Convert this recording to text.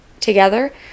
together